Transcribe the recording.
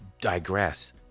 digress